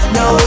no